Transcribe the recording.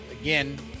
again